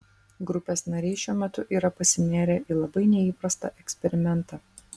grupės nariai šiuo metu yra pasinėrę į labai neįprastą eksperimentą